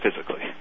physically